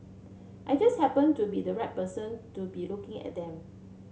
I just happened to be the right person to be looking at them